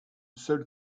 seule